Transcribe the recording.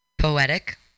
poetic